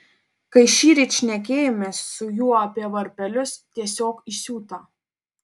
kai šįryt šnekėjomės su juo apie varpelius tiesiog įsiuto